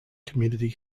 community